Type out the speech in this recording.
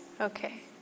Okay